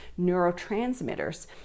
neurotransmitters